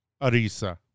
Arisa